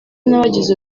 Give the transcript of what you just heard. n’abagize